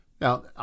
Now